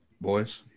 Boys